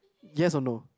yes or no